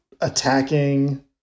attacking